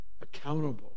accountable